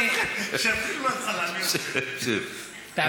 שיתחיל מהתחלה, אני יושב.